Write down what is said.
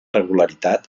regularitat